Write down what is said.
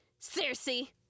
Cersei